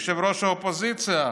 ראש האופוזיציה: